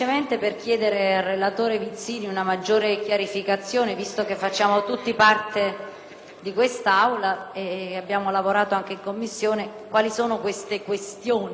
di quest'Assemblea e abbiamo lavorato anche in Commissione - su quali sono le "questioni" per le quali si chiede l'accantonamento